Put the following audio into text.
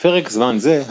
בפרק זמן זה,